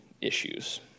issues